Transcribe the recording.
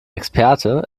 experte